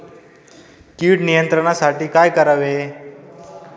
कीड नियंत्रणासाठी काय करावे?